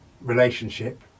relationship